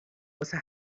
واسه